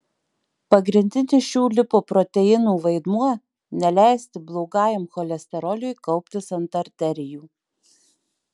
pagrindinis šių lipoproteinų vaidmuo neleisti blogajam cholesteroliui kauptis ant arterijų